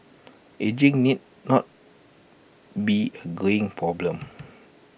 ageing need not be A greying problem